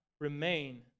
remain